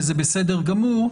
וזה בסדר גמור.